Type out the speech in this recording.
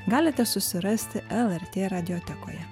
galite susirasti lrt radiotekoje